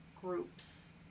groups